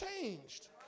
changed